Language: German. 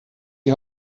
die